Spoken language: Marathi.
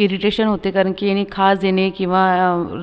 इरिटेशन होते कारण की याने खाज येणे किंवा